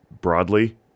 broadly